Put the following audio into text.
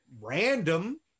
random